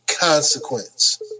consequence